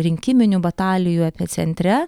rinkiminių batalijų epicentre